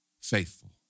faithful